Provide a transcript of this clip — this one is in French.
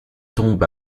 tombe